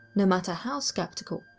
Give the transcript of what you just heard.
no matter how skeptical,